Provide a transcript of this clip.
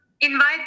invite